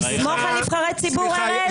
לסמוך על נבחרי ציבור, ארז?